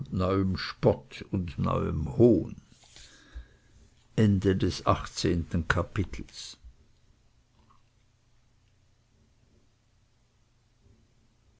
neuem spott und neuem hohn neunzehntes kapitel